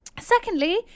Secondly